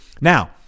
Now